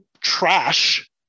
trash